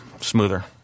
smoother